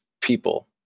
people